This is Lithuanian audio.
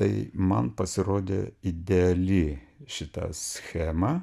tai man pasirodė ideali šita schema